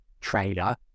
trailer